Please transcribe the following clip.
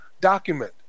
document